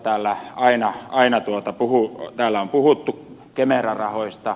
täällä on vuosikaudet puhuttu kemera rahoista